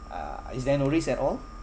uh is there no risk at all